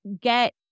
get